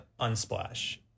Unsplash